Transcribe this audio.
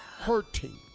hurting